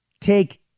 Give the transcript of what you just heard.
take